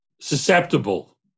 susceptible